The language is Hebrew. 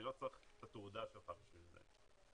אני לא צריך את התעודה שלך בשביל זה.